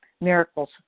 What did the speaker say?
miracles